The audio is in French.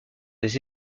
des